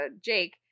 Jake